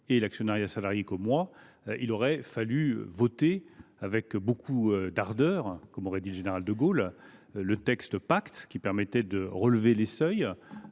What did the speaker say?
et l’actionnariat salarié autant que moi, il aurait fallu voter avec ardeur, comme aurait dit le général de Gaulle, la loi Pacte, qui permettait de relever les seuils,